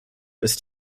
ist